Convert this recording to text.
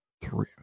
three